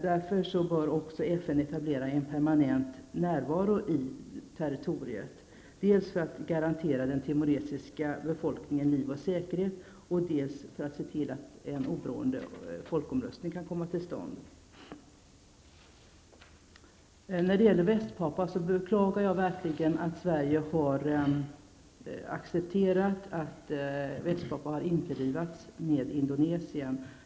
Därför bör också FN etablera en permanent närvaro i territoriet, dels för att garantera den timoresiska befolkningens liv och säkerhet, dels för att se till att en oberoende folkomröstning kan komma till stånd. När det gäller Västpapua beklagar jag verkligen att Sverige har accepterat att Västpapua har införlivats med Indonesien.